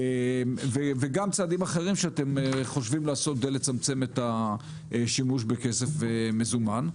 וגם צעדים אחרים שאתם חושבים לעשות כדי לצמצם את השימוש בכסף מזומן.